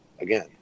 again